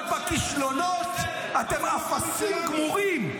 -- אבל בכישלונות אתם אפסים גמורים.